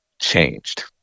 changed